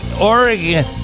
Oregon